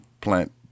plant